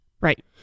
Right